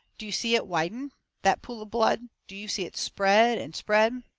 do you see it widen that pool of blood? do you see it spread and spread?